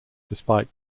despite